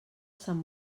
sant